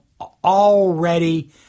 already